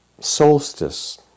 solstice